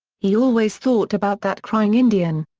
he always thought about that crying indian.